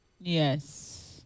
yes